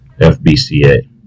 FBCA